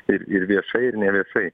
ir ir viešai ir neviešai